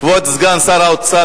כבוד סגן שר האוצר,